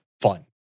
fun